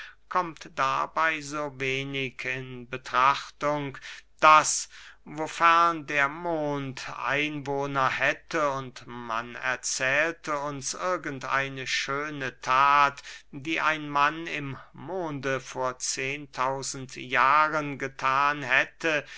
kommt dabey so wenig in betrachtung daß wofern der mond einwohner hätte und man erzählte uns irgend eine schöne that die ein mann im monde vor zehen tausend jahren gethan hätte